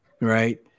Right